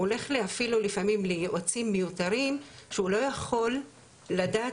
הוא הולך אפילו לפעמים ליועצים מיותרים שהוא לא יכול לדעת